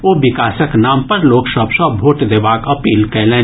ओ विकासक नाम पर लोक सभ सँ भोट देबाक अपील कयलनि